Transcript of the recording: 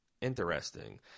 Interesting